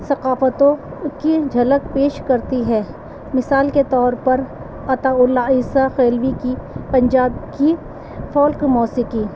ثقافتوں کی جھلک پیش کرتی ہے مثال کے طور پر عطاء اللہ عیسی خیلوی کی پنجاب کی فولک موسیقی